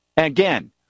again